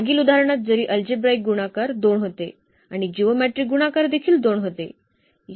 मागील उदाहरणात जरी अल्जेब्राईक गुणाकार 2 होते आणि जिओमेट्रीक गुणाकार देखील 2 होते